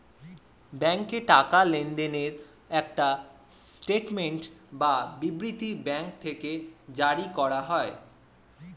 ব্যাংকে টাকা লেনদেনের একটা স্টেটমেন্ট বা বিবৃতি ব্যাঙ্ক থেকে জারি করা হয়